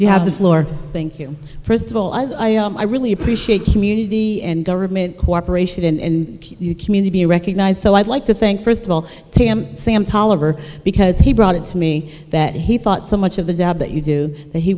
you have the floor thank you first of all i am i really appreciate community and government cooperation in your community recognized so i'd like to think first of all tim sam tyler because he brought it to me that he thought so much of the job that you do